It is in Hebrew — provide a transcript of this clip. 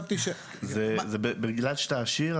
זה בגלל שאתה עשיר,